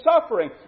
suffering